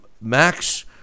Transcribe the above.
Max